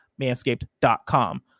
manscaped.com